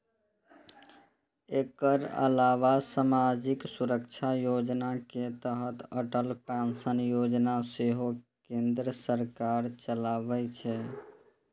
एकर अलावा सामाजिक सुरक्षा योजना के तहत अटल पेंशन योजना सेहो केंद्र सरकार चलाबै छै